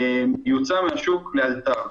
יוצא מהשוק לאלתר.